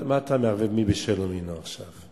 מה אתה מערב מין בשאינו מינו עכשיו?